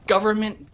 government